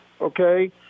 Okay